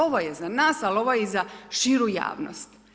Ovo je za nas, ali ovo je i za širu javnost.